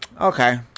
Okay